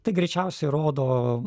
tai greičiausiai rodo